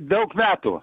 daug metų